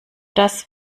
das